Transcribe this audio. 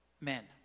men